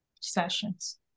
sessions